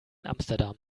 amsterdam